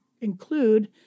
include